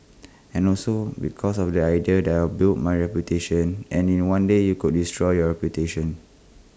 and also because of the idea that I've built my reputation and in one day you could destroy your reputation